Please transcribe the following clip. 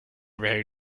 very